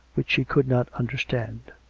which she could not understand.